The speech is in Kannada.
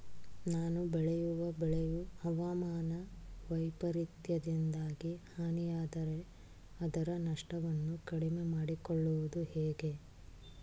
ನಾನು ಬೆಳೆಯುವ ಬೆಳೆಯು ಹವಾಮಾನ ವೈಫರಿತ್ಯದಿಂದಾಗಿ ಹಾನಿಯಾದರೆ ಅದರ ನಷ್ಟವನ್ನು ಕಡಿಮೆ ಮಾಡಿಕೊಳ್ಳುವುದು ಹೇಗೆ?